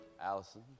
Allison